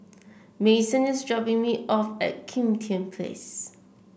Mason is dropping me off at Kim Tian Place